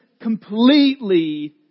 completely